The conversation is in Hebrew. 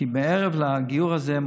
שנלחם כבר 25